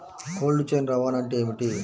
Cold chain రవాణా అంటే ఏమిటీ?